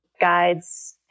guides